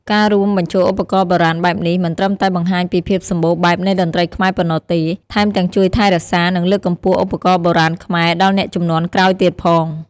ការរួមបញ្ចូលឧបករណ៍បុរាណបែបនេះ មិនត្រឹមតែបង្ហាញពីភាពសម្បូរបែបនៃតន្ត្រីខ្មែរប៉ុណ្ណោះទេ ថែមទាំងជួយថែរក្សា និងលើកកម្ពស់ឧបករណ៍បុរាណខ្មែរដល់អ្នកជំនាន់ក្រោយទៀតផង។